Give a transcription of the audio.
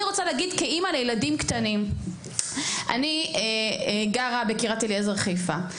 כאימא לילדים קטנים, אני גרה בקרית אליעזר בחיפה,